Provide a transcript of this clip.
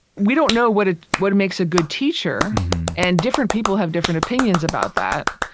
we don't know what ah what makes a good teacher and different people have different opinions about that.